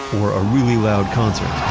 or a really loud concert,